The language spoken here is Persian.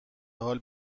حال